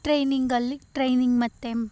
ಟ್ರೈನಿಂಗಲ್ಲಿ training ಮತ್ತೆ